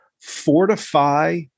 Fortify